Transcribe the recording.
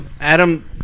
Adam